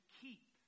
keep